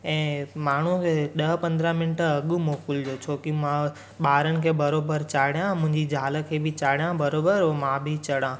ऐं माण्हू खे ॾह पंदरहां मिंट अॻु मोकिलिजो छोकी मां ॿारनि खे बरोबरु चाढ़ियां मुंहिंजी ज़ाल खे बि चाढ़ियां बरोबरु ऐं मां बि चढ़ां